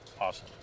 Awesome